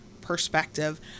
perspective